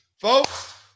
folks